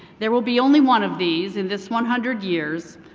there will be only one of these in this one hundred years